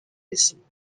رسیم